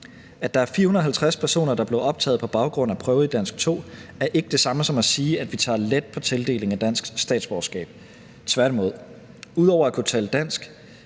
At der er 450 personer, der blev optaget på baggrund af prøve i dansk 2, er ikke det samme som at sige, at vi tager let på tildeling af dansk statsborgerskab – tværtimod. Ud over at kunne tale dansk